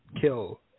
kill –